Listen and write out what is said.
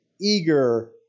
eager